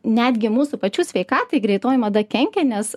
netgi mūsų pačių sveikatai greitoji mada kenkia nes